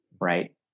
right